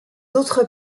autres